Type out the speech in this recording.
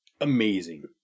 amazing